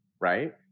Right